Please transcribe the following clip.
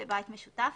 בבית משותף),